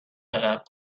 عقب